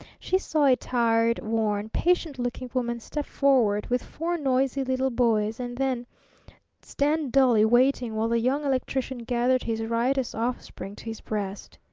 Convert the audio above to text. she saw a tired, worn, patient-looking woman step forward with four noisy little boys, and then stand dully waiting while the young electrician gathered his riotous offspring to his breast.